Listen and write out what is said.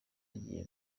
agiye